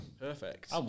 Perfect